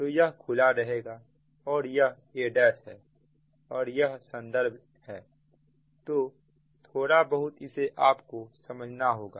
तो यह खुला ही रहेगा और यह aहै और यह संदर्भ है तो थोड़ा बहुत इसे आप को समझना होगा